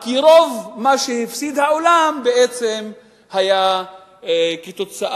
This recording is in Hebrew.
כי רוב מה שהפסיד העולם בעצם היה תוצאה